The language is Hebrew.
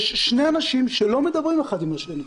יש שני אנשים שלא מדברים אחד עם השני.